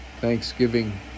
Thanksgiving